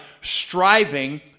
striving